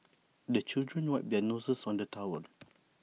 the children wipe their noses on the towel